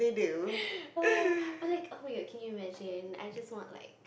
or like oh-my-god can you imagine I just want like